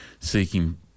seeking